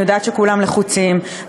אני יודעת שכולם לחוצים,